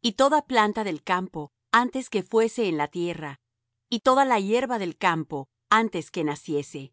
y toda planta del campo antes que fuese en la tierra y toda hierba del campo antes que naciese